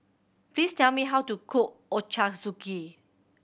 please tell me how to cook Ochazuke